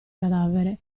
cadavere